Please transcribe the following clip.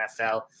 NFL